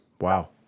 Wow